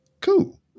Cool